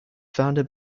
founded